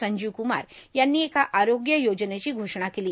संजीव कुमार यांनी एका आरोग्य योजनेची घोषणा केली